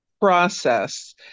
process